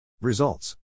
Results